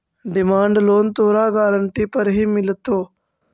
demand loan तोरा guarantee पर ही मिलतो